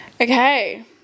Okay